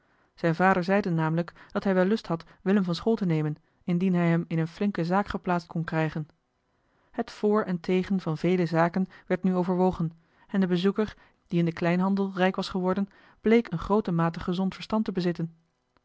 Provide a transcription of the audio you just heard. zijn vader zeide namelijk dat hij wel lust had willem van school te nemen indien hij hem in een flinke zaak geplaatst kon krijgen het vr en tegen van vele zaken werd nu overwogen en de bezoeker die in den kleinhandel rijk was geworden bleek eene groote mate gezond verstand te bezitten